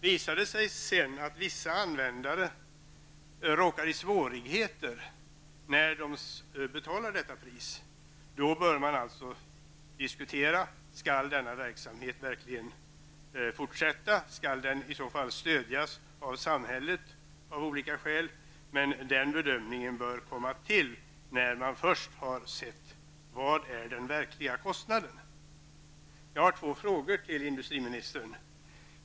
Visar det sig att vissa användare råkar i svårigheter när de betalar detta pris, bör man diskutera om denna verksamhet verkligen skall fortsätta, och om den i så fall av olika skäl skall stödjas av samhället. Men den bedömningen bör komma först när man sett vad den verkliga kostnaden är. 1.